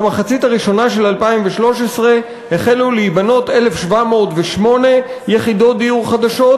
במחצית הראשונה של 2013 החלו להיבנות 1,708 יחידות דיור חדשות,